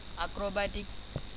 acrobatics